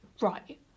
Right